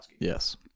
Yes